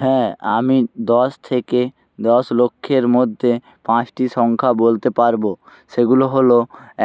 হ্যাঁ আমি দশ থেকে দশ লক্ষের মধ্যে পাঁচটি সংখ্যা বলতে পারব সেগুলো হলো